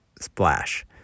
splash